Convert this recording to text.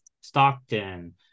Stockton